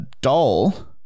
doll